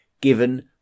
given